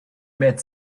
met